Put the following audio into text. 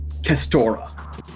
Kestora